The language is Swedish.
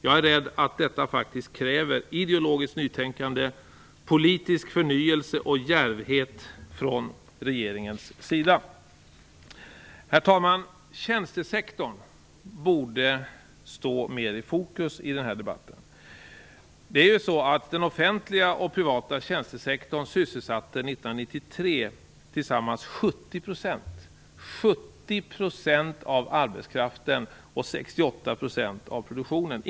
Jag är rädd att detta faktiskt kräver ideologiskt nytänkande, politisk förnyelse och djärvhet från regeringens sida. Herr talman! Tjänstesektorn borde stå mer i fokus i den här debatten. Den offentliga och privata tjänstesektorn sysselsatte 1993 tillsammans 70 % av arbetskraften och 68 % av produktionen.